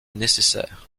nécessaires